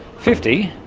fifty,